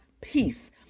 peace